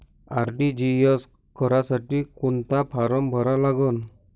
RTGS करासाठी कोंता form भरा लागन?